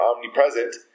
omnipresent